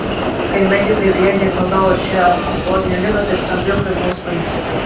kai medikai jai diagnozavo šią onkologinę ligą tai skambėjo kaip nuosprendis